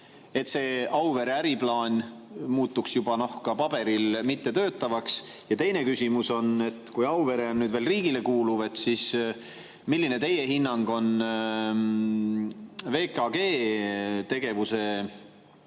et Auvere äriplaan muutuks juba ka paberil mittetöötavaks? Teine küsimus on, et kui Auvere on veel riigile kuuluv, siis milline on teie hinnang VKG tegevuse